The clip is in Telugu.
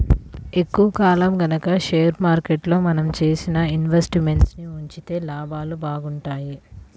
ఎక్కువ కాలం గనక షేర్ మార్కెట్లో మనం చేసిన ఇన్వెస్ట్ మెంట్స్ ని ఉంచితే లాభాలు బాగుంటాయి